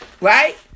right